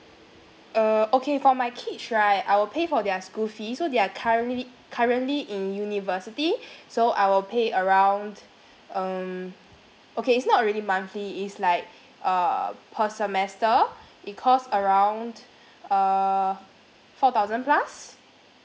uh okay for my kids right I will pay for their school fees so they are currently currently in university so I will pay around um okay it's not really monthly is like uh per semester it cost around err four thousand plus